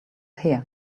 hear